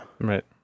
Right